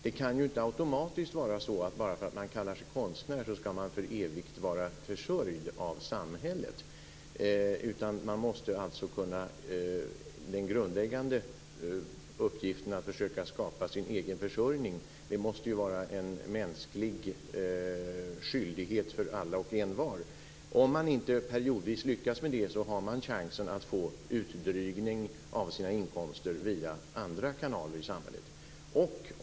Det kan ju inte automatiskt vara så att man bara därför att man kallar sig konstnär skall för evigt vara försörjd av samhället, utan den grundläggande uppgiften att försöka skapa sin egen försörjning måste vara en mänsklig skyldighet för alla och envar. Om man periodvis inte lyckas med det, har man chansen att få en utdrygning av sina inkomster via andra kanaler i samhället.